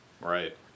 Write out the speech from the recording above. Right